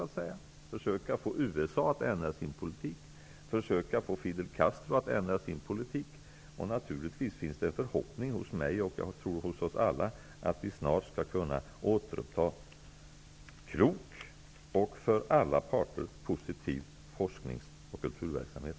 Vi skall försöka få USA att ändra sin politik, och vi skall försöka få Fidel Castro att ändra sin politik. Naturligtvis finns det en förhoppning hos mig -- och jag tror hos oss alla -- att vi snart skall kunna återuppta en klok och för alla parter positiv forsknings och kulturverksamhet.